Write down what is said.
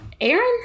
Aaron